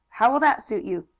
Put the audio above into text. how will that suit you?